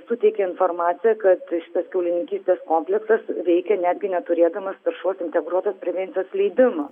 suteikė informaciją tas kiaulininkystės kompleksas veikia netgi neturėdamas taršos integruotos prevencijos leidimo